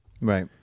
Right